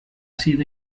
sido